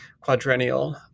quadrennial